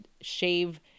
shave